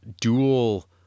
dual